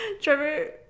Trevor